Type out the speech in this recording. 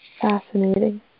Fascinating